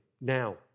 now